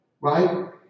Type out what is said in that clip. Right